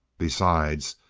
besides,